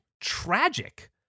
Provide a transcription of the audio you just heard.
tragic